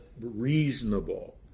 reasonable